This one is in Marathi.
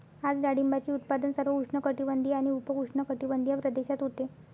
आज डाळिंबाचे उत्पादन सर्व उष्णकटिबंधीय आणि उपउष्णकटिबंधीय प्रदेशात होते